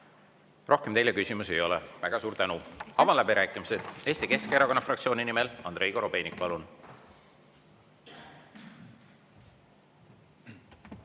Rohkem teile küsimusi ei ole. Väga suur tänu! Avan läbirääkimised. Eesti Keskerakonna fraktsiooni nimel Andrei Korobeinik, palun!